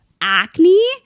acne